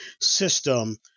system